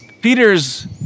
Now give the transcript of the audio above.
Peter's